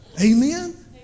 Amen